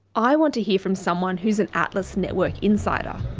i want to hear from someone who's an atlas network insider.